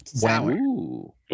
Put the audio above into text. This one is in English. Wow